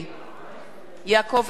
אינו נוכח